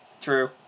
True